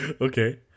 okay